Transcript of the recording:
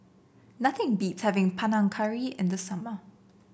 nothing beats having Panang Curry in the summer